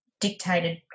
dictated